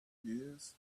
thieves